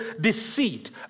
deceit